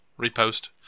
Repost